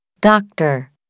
Doctor